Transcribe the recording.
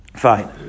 Fine